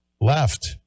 left